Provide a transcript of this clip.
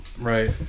Right